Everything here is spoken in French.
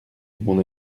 mon